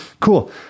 Cool